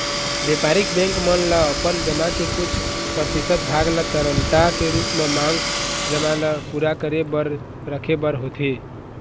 बेपारिक बेंक मन ल अपन जमा के कुछ परतिसत भाग ल तरलता के रुप म मांग जमा ल पुरा करे बर रखे बर होथे